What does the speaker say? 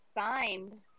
signed